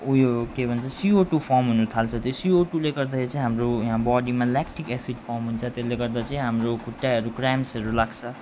ऊ यो के भन्छ सिओटू फर्म हुनु थाल्छ त्यो सिओटूले गर्दाखेरि चाहिँ हाम्रो यहाँ बडीमा ल्याक्टिक एसिड फर्म हुन्छ त्यसले गर्दा चाहिँ हाम्रो खुट्टाहरू क्राम्सहरू लाग्स